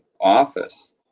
office